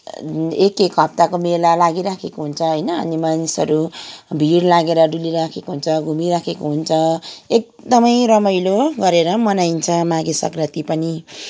एक एक हप्ताको मेला लागिरहेको हुन्छ होइन अनि मानिसहरू भिड लागेर डुलिरहेको हुन्छ घुमिरहेको हुन्छ एकदमै रमाइलो गरेर मनाइन्छ माघे सङ्क्रान्ति पनि